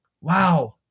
Wow